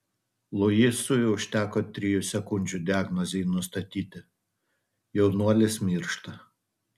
luisui užteko trijų sekundžių diagnozei nustatyti jaunuolis miršta